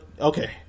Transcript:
Okay